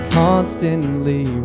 constantly